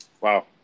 Wow